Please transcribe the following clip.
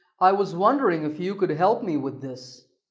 i was wondering if you could help me with this.